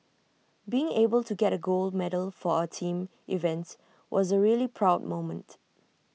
being able to get A gold medal for our team events was A really proud moment